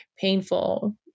painful